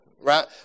right